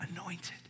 anointed